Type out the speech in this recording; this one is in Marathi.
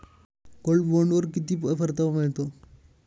गोल्ड बॉण्डवर किती परतावा मिळतो?